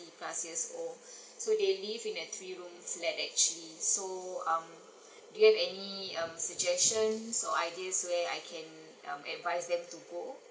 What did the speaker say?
years old so they live in a three room flat actually so um do you have any um suggestions or ideas where I can um advise them to go